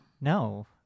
No